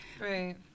Right